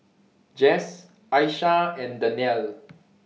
Jess Aisha and Dannielle